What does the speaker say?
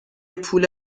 پول